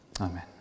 Amen